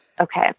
Okay